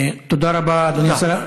תודה רבה, אדוני השר.